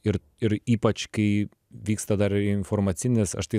ir ir ypač kai vyksta dar informacinis aš tai